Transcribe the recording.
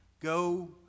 go